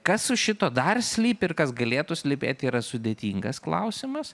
kas už šito dar slypi ir kas galėtų slypėti yra sudėtingas klausimas